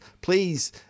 Please